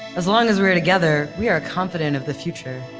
as long as we are together, we are confident of the future.